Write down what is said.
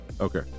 Okay